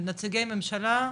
נציגי ממשלה,